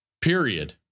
period